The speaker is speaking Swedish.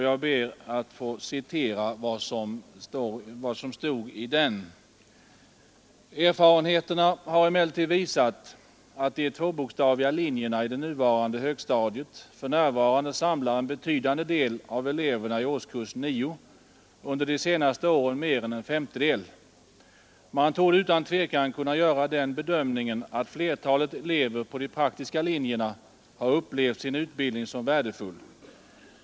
Jag ber att få citera vad som stod i den: ”Erfarenheterna har emellertid visat att de tvåbokstaviga linjerna i det nuvarande högstadiet för närvarande samlar en betydande del av eleverna i årskurs 9, under de senaste åren mer än en femtedel. Man torde utan tvekan kunna göra den bedömningen att flertalet elever på de praktiska linjerna har upplevt sin utbildning som värdefull.